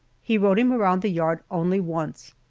he rode him around the yard only once,